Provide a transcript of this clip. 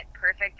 perfect